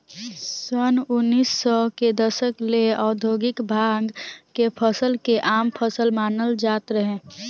सन उनऽइस सौ के दशक तक ले औधोगिक भांग के फसल के आम फसल मानल जात रहे